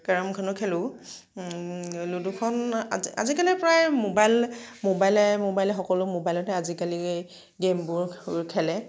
কেৰমখনো খেলোঁ লুডুখন আজি আজিকালি প্ৰায় মোবাইল মোবাইলে মোবাইলে সকলো মোবাইলতে আজিকালি গে'মবোৰ খেলে